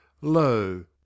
Lo